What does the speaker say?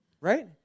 Right